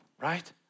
right